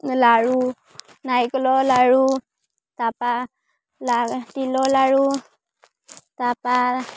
লাড়ু নাৰিকলৰ লাড়ু তাৰপৰা তিলৰ লাড়ু তাৰপৰা